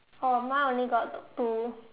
oh mine only got two